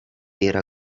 era